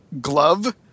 glove